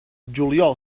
juliol